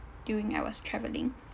during I was traveling